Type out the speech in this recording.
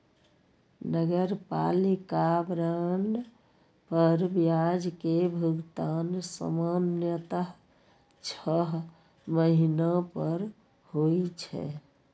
नगरपालिका बांड पर ब्याज के भुगतान सामान्यतः छह महीना पर होइ छै